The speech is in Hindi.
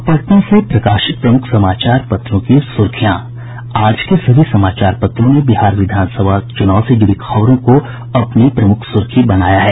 अब पटना से प्रकाशित प्रमुख समाचार पत्रों की सुर्खियां आज के सभी समाचार पत्रों ने बिहार विधानसभा चुनाव से जुड़ी खबरों को अपनी सुर्खी बनाया है